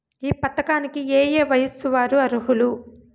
ఈ పథకానికి ఏయే వయస్సు వారు అర్హులు?